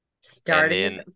Starting